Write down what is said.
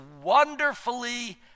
wonderfully